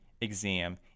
exam